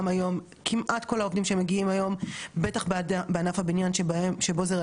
בטח בענף הבניין שבו זה רלוונטי במיוחד מגיעים דרך הסכמים בילטרליים,